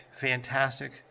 fantastic